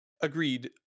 Agreed